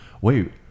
Wait